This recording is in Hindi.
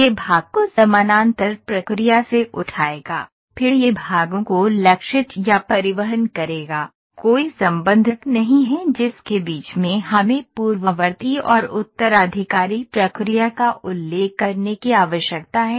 यह भाग को समानांतर प्रक्रिया से उठाएगा फिर यह भागों को लक्षित या परिवहन करेगा कोई संबंधक नहीं है जिसके बीच में हमें पूर्ववर्ती और उत्तराधिकारी प्रक्रिया का उल्लेख करने की आवश्यकता है